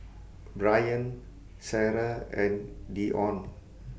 Brayan Sara and Deon